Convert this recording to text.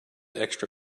extra